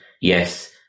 yes